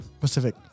Pacific